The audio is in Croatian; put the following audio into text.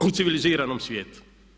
U civiliziranom svijetu.